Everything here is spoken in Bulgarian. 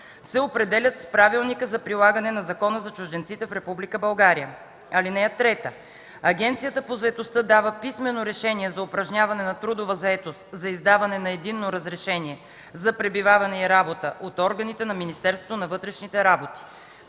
се определят с Правилника за прилагане на Закона за чужденците в Република България. (3) Агенцията по заетостта дава писмено решение за упражняване на трудова заетост за издаване на Единно разрешение за пребиваване и работа от органите на Министерството на вътрешните работи.